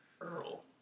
Earl